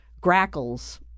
Grackles